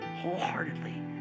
wholeheartedly